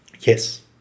yes